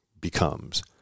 becomes